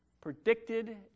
predicted